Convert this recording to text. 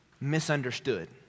misunderstood